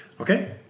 okay